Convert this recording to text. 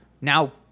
now